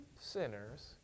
sinners